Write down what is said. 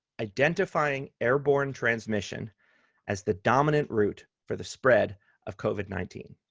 identifying airborne transmission as the dominant route for the spread of covid nineteen.